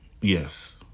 Yes